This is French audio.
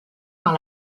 par